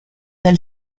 del